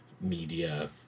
media